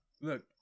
Look